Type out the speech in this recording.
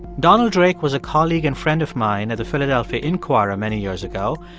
donald drake was a colleague and friend of mine at the philadelphia inquirer many years ago.